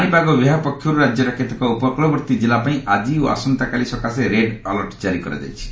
ପାଣିପାଗ ବିଭାଗ ପକ୍ଷରୁ ରାଜ୍ୟର କେତେକ ଉପକୃଳବର୍ତ୍ତୀ ଜିଲ୍ଲା ପାଇଁ ଆଜି ଓ ଆସନ୍ତାକାଲି ସକାଶେ ରେଡ୍ ଆଲର୍ଟ କାରି କରାଯାଇଛି